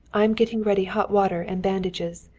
i am getting ready hot water and bandages.